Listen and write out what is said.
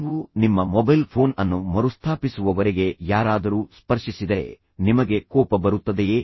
ನೀವು ನಿಮ್ಮ mobile phone ಅನ್ನು ಮರುಸ್ಥಾಪಿಸುವವರೆಗೆ ಯಾರಾದರೂ ಸ್ಪರ್ಶಿಸಿದರೆ ನಿಮಗೆ ಕೋಪ ಬರುತ್ತದೆಯೇ